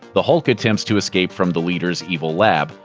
the hulk attempts to escape from the leader's evil lab,